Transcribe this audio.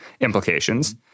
implications